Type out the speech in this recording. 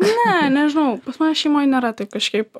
ne nežinau pas mane šeimoj nėra taip kažkaip